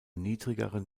niedrigeren